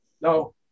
No